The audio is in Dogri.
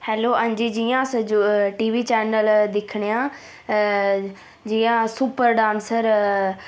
हैलो हांजी जियां अस जो टीवी चैनल दिक्खने आं जियां सुपर डांसर